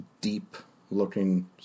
deep-looking